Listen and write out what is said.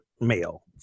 male